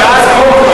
הצחוק,